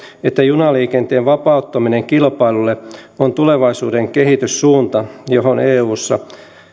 että junaliikenteen vapauttaminen kilpailulle on tulevaisuuden kehityssuunta johon eussa